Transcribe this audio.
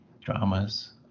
dramas